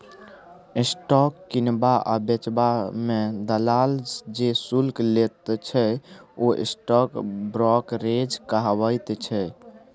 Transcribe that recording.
stock किनबा आ बेचबा मे दलाल जे शुल्क लैत छै ओ स्टॉक ब्रोकरेज कहाबैत छै